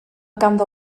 ganddo